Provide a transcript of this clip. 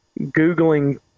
Googling